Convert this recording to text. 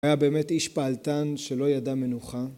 היה באמת איש פעלתן שלא ידע מנוחה